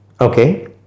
Okay